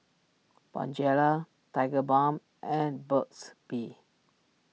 Bonjela Tigerbalm and Burt's Bee